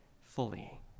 fully